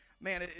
Man